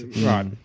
Right